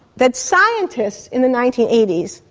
that scientists in the nineteen eighty s,